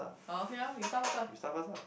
ah okay orh you start first ah